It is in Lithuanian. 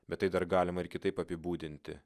bet tai dar galima ir kitaip apibūdinti